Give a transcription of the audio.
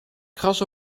kras